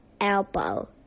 elbow